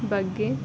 ಬಗ್ಗೆ